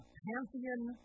pantheon